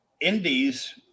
Indies